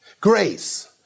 Grace